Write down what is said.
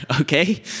okay